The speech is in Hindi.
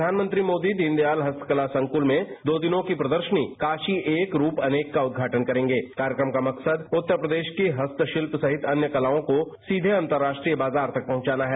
प्रषानमंत्री मोदी दीनदयाल हस्तकला संकुल में दो दिनों की प्रदर्शनी कांशी एक रूप अनेक का उदघाटन करेंगे कार्यक्रम का मकसद ज्तर प्रदेश की हस्तशिल्प सहित अन्य कलाओं को सीबे अंतरराष्ट्रीय बाजार तक पहुंचाना है